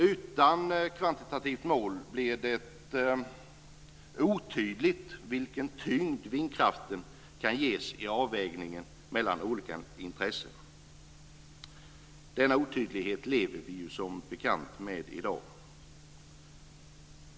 Utan kvantitativt mål blir det otydligt vilken tyngd vindkraften kan ges i avvägningen mellan olika intressen. Denna otydlighet lever vi som bekant med i dag.